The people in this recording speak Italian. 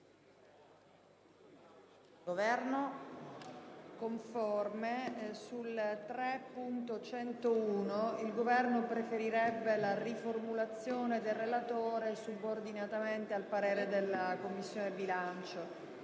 il Governo preferirebbe la riformulazione del relatore subordinatamente al parere della Commissione bilancio,